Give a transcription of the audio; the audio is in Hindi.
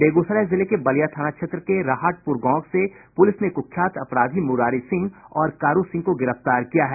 बेगूसराय जिले के बलिया थाना क्षेत्र के राहाटपुर गांव से पुलिस ने कुख्यात अपराधी मुरारी सिंह और कारू सिंह को गिरफ्तार किया है